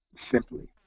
simply